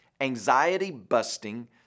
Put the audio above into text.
anxiety-busting